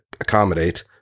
accommodate